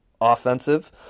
offensive